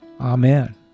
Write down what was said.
Amen